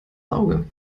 auge